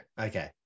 Okay